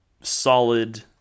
solid